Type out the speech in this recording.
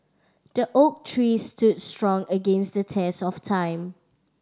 the oak tree stood strong against the test of time